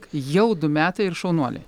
jau du metai ir šaunuolė